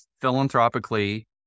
philanthropically